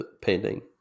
painting